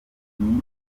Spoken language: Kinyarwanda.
ingeri